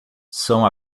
são